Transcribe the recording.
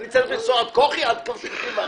אני צריך לנסוע עד כוכי, עד קו 31?